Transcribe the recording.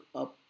up